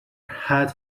had